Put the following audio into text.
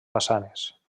façanes